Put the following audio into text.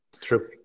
True